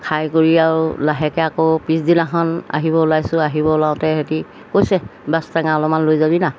খাই কৰি আৰু লাহেকৈ আকৌ পিছদিনাখন আহিব ওলাইছোঁ আহিব ওলাওঁতে হেতি কৈছে বাছ টেঙা অলপমান লৈ যাবি না